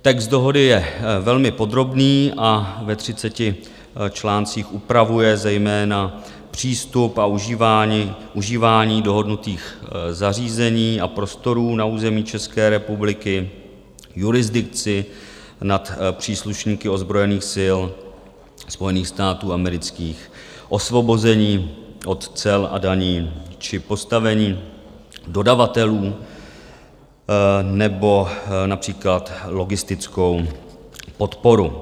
Text dohody je velmi podrobný a ve 30 článcích upravuje zejména přístup a užívání dohodnutých zařízení a prostorů na území České republiky, jurisdikci nad příslušníky ozbrojených sil Spojených států amerických, osvobození od cel a daní či postavení dodavatelů nebo například logistickou podporu.